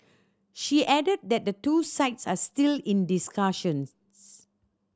she added that the two sides are still in discussions